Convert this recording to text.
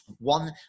one